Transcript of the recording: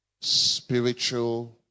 spiritual